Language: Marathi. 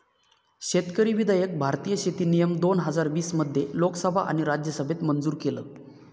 शेतकरी विधायक भारतीय शेती नियम दोन हजार वीस मध्ये लोकसभा आणि राज्यसभेत मंजूर केलं